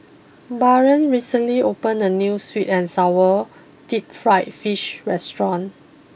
Barron recently opened a new sweet and Sour deep Fried Fish restaurant